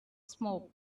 smoke